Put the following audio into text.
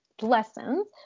lessons